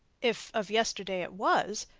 if of yesterday it was.